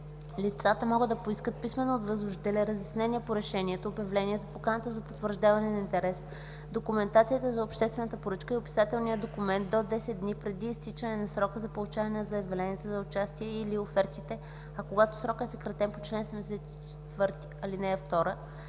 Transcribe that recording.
Лицата могат да поискат писмено от възложителя разяснения по решението, обявлението, поканата за потвърждаване на интерес, документацията за обществената поръчка и описателния документ до 10 дни преди изтичане на срока за получаване на заявленията за участие и/или офертите, а когато срокът е съкратен по чл. 74, ал. 2